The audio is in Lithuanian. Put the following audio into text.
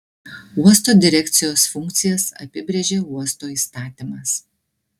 uosto direkcijos funkcijas apibrėžia uosto įstatymas